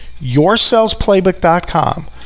YourSalesPlaybook.com